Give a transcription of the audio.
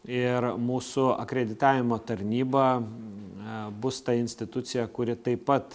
ir mūsų akreditavimo tarnyba na bus ta institucija kuri taip pat